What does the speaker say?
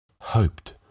hoped